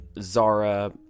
Zara